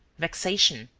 vexation,